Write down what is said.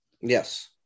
Yes